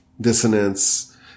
dissonance